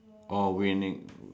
all winning